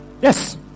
Yes